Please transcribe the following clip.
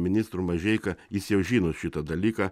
ministru mažeika jis jau žino šitą dalyką